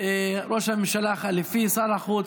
ראש הממשלה החלופי, שר החוץ,